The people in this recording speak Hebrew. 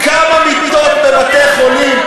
כמה מיטות בבתי-חולים,